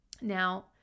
Now